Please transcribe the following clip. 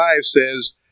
says